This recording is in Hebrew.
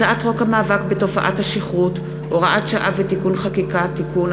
הצעת חוק המאבק בתופעת השכרות (הוראת שעה ותיקון חקיקה) (תיקון),